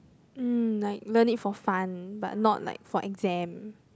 mm like learn it for fun but not like for exam